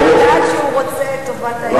אני יודעת שהוא רוצה את טובת העניין.